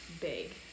big